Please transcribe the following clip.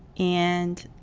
and